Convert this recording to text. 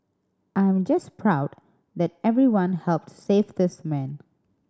I'm just proud that everyone helped save this man